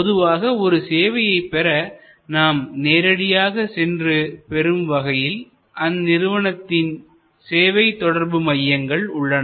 பொதுவாக ஒரு சேவையை பெற நாம் நேரடியாக சென்று பெறும் வகையில் அந்நிறுவனத்தின் சேவைத் தொடர்பு மையங்கள் உள்ளன